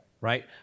right